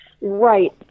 Right